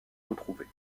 retrouvés